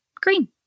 green